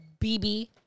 BB